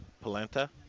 Polenta